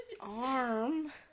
Arm